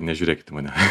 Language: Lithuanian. nežiūrėkit į mane